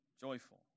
joyful